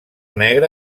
negre